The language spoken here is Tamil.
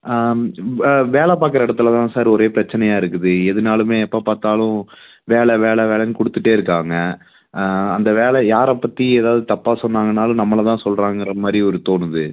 இப்போ வேலை பார்க்குற இடத்துலதான் சார் ஒரே பிரச்சினையா இருக்குது எதுனாலுமே எப்போ பார்த்தாலும் வேலை வேலை வேலைன்னு கொடுத்துட்டே இருக்காங்க அந்த வேலை யாரை பற்றி எதாவது தப்பாக சொன்னாங்கன்னாலும் நம்மளைதான் சொல்கிறாங்கற மாதிரி ஒரு தோணுது